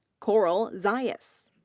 coral zayas.